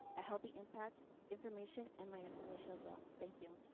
a healthy impact information and my information as well. thank you.